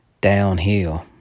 downhill